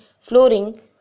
flooring